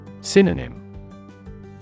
Synonym